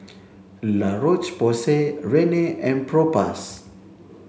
La Roche Porsay Rene and Propass